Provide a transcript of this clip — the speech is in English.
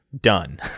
done